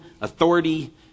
authority